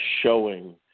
showing